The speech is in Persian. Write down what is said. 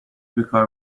بیکار